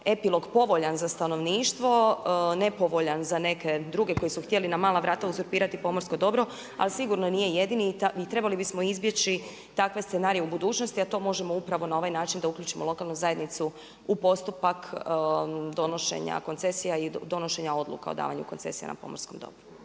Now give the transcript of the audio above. epilog povoljan za stanovništvo, nepovoljan za neke druge koji su htjeli na mala vrata uzurpirati pomorsko dobro, ali sigurno nije jedini i trebali bismo izbjeći takve scenarije u budućnosti, a to možemo upravo na ovaj način da uključimo lokalnu zajednicu u postupak donošenja koncesija i donošenja odluka o davanju koncesija na pomorskom dobru.